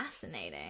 fascinating